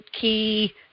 key